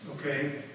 okay